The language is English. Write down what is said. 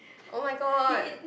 [oh]-my-god